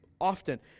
often